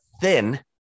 thin